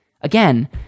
Again